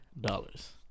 dollars